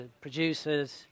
producers